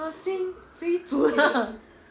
恶心谁煮的